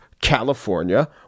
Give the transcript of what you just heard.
California